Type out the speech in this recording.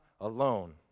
alone